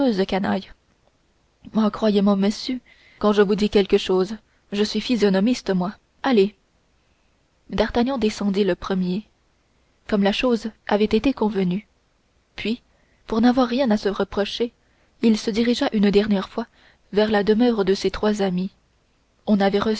canaille ah croyez-moi monsieur quand je vous dis quelque chose je suis physionomiste moi allez d'artagnan descendit le premier comme la chose avait été convenue puis pour n'avoir rien à se reprocher il se dirigea une dernière fois vers la demeure de ses trois amis on